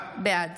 בעד